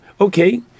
Okay